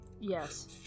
Yes